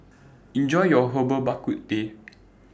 Enjoy your Herbal Bak Ku Teh